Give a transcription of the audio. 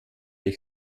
ich